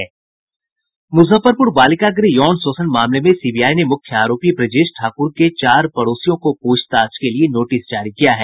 मुजफ्फरपुर बालिका गृह यौन शोषण मामले में सीबीआई ने मुख्य आरोपी ब्रजेश ठाक्र के चार पड़ोसियों को पूछताछ के लिए नोटिस जारी किया है